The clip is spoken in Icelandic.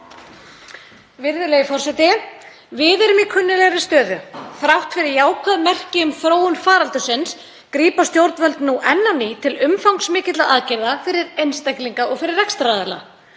Við erum í kunnuglegri stöðu. Þrátt fyrir jákvæð merki um þróun faraldursins grípa stjórnvöld enn á ný til umfangsmikilla aðgerða fyrir einstaklinga og fyrir rekstraraðila.